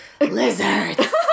Lizards